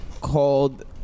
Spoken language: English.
called